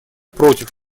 против